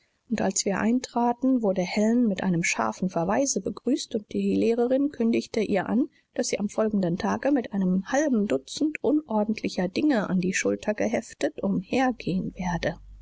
und als wir eintraten wurde helen mit einem scharfen verweise begrüßt und die lehrerin kündigte ihr an daß sie am folgenden tage mit einem halben dutzend unordentlicher dinge an die schulter geheftet umher gehen werde